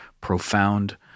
profound